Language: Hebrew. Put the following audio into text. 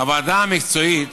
הוועדה המקצועית